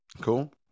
cool